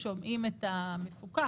שומעים את המפוקח,